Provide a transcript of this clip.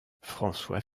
françois